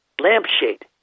lampshade